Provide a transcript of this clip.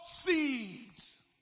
seeds